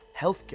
healthcare